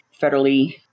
federally